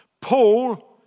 Paul